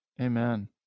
Amen